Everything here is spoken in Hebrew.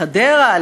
לחדרה,